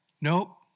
Nope